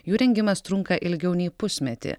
jų rengimas trunka ilgiau nei pusmetį